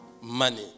money